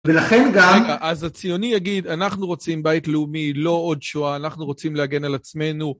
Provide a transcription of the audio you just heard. ולכן גם, אז הציוני יגיד אנחנו רוצים בית לאומי, לא עוד שואה, אנחנו רוצים להגן על עצמנו.